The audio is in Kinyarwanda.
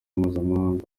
mpuzamahanga